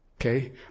Okay